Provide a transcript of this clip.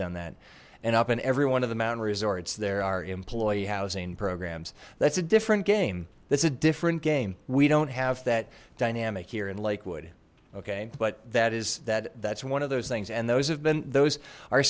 done that and up in every one of the mountain resorts there are employee housing programs that's a different game that's a different game we don't have that dynamic here in lakewood okay but that is that that's one of those things and those have been those are